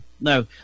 no